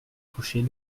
coucher